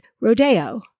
Rodeo